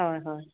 হয় হয়